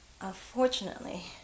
unfortunately